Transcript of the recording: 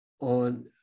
on